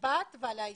לגבי הבת והאישה?